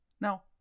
Now